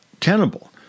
tenable